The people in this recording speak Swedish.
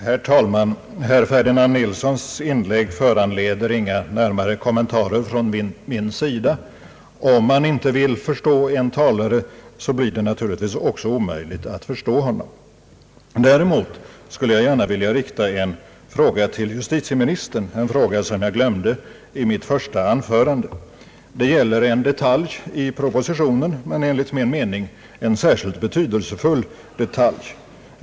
Herr talman! Herr Ferdinand Nilssons inlägg föranleder inga närmare kommentarer från min sida. Om man inte vill förstå en talare så blir det naturligtvis också omöjligt att förstå honom. Däremot skulle jag gärna till justitieministern vilja rikta en fråga, som jag glömde i mitt första anförande. Det gäller en detalj i propositionen, men enligt min mening är det en särskilt betydelsefull detalj.